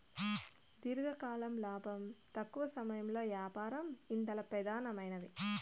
దీర్ఘకాలం లాబం, తక్కవ సమయంలో యాపారం ఇందల పెదానమైనవి